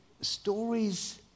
stories